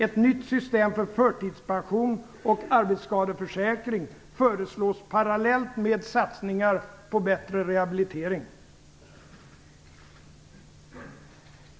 Ett nytt system för förtidspension och arbetsskadeförsäkring föreslås parallellt med satsningar på bättre rehabilitering.